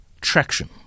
traction